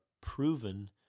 proven